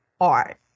art